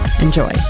Enjoy